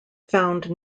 found